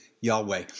Yahweh